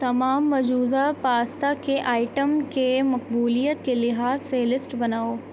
تمام مجوزہ پاستا کے آئٹم کے مقبولیت کے لحاظ سے لیسٹ بناؤ